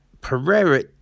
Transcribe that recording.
Pereira